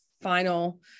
final